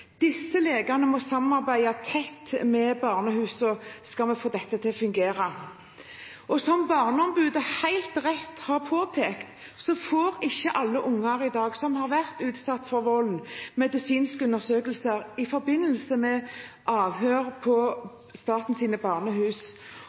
Disse legene må samarbeide tett med barnehusene hvis vi skal få det til å fungere. Som Barneombudet helt rett har påpekt, får ikke alle unger som har vært utsatt for vold, i dag medisinsk undersøkelse i forbindelse med avhør på statens barnehus.